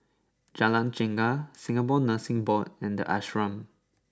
Jalan Chegar Singapore Nursing Board and The Ashram